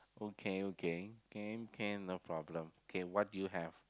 okay okay can can no problem okay what do you have